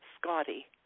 Scotty